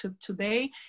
today